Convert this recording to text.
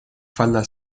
falda